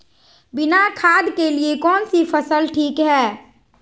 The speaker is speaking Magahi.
बिना खाद के लिए कौन सी फसल ठीक है?